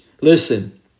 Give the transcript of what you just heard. Listen